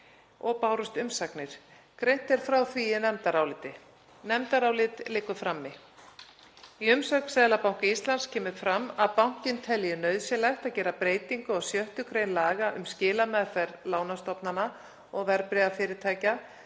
og bárust umsagnir. Greint er frá því í nefndaráliti. Nefndarálit liggur frammi. Í umsögn Seðlabanka Íslands kemur fram að bankinn telji nauðsynlegt að gera breytingu á 6. gr. laga um skilameðferð lánastofnana og verðbréfafyrirtækja